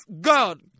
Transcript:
God